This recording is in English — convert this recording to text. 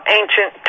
ancient